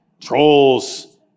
trolls